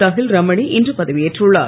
தஹில்ரமணி இன்று பதவியேற்றுள்ளார்